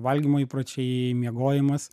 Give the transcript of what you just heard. valgymo įpročiai miegojimas